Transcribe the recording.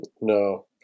No